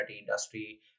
industry